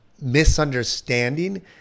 misunderstanding